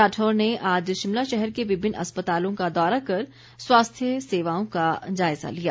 राठौर ने आज शिमला शहर के विभिन्न अस्पतालों का दौरा कर स्वास्थ्य सेवाओं का जायज़ा लिया